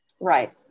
right